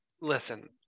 listen